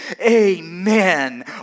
Amen